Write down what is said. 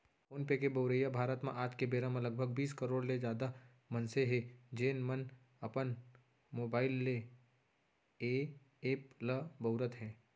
phone पे के बउरइया भारत म आज के बेरा म लगभग बीस करोड़ ले जादा मनसे हें, जेन मन अपन मोबाइल ले ए एप ल बउरत हें